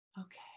Okay